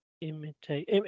imitate